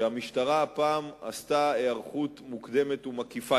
שהמשטרה הפעם עשתה היערכות מוקדמת ומקיפה.